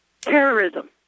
Terrorism